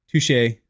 touche